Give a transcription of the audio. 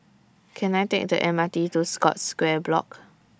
Can I Take The M R T to Scotts Square Block